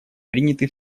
приняты